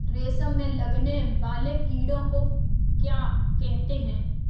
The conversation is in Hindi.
रेशम में लगने वाले कीड़े को क्या कहते हैं?